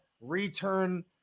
return